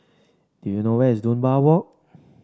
do you know where's Dunbar Walk